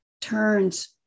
turns